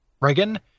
Reagan